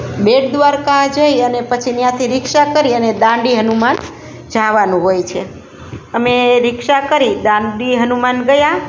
બેટ દ્વારકા જઈ અને પછી ત્યાંથી રિક્ષા કરી અને દાંડી હનુમાન જવાનું હોય છે અમે રિક્ષા કરી દાંડી હનુમાન ગયાં